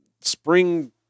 spring